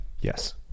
Yes